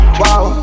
wow